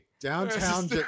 downtown